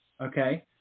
Okay